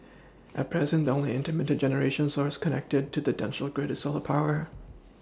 at present the only intermittent generation source connected to the national grid is solar power